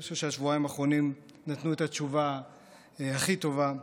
אני חושב שהשבועיים האחרונים נתנו את התשובה הכי טובה.